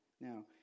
now